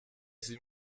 sie